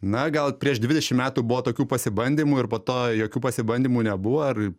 na gal prieš dvidešim metų buvo tokių pasibandymų ir po to jokių pasibandymų nebuvo ar